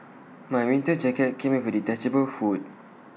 my winter jacket came with A detachable hood